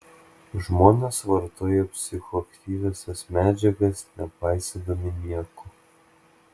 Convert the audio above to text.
žmonės vartoja psichoaktyviąsias medžiagas nepaisydami nieko